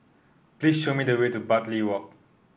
please show me the way to Bartley Walk